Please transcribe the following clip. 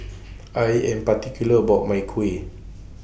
I Am particular about My Kuih